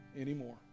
anymore